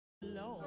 hello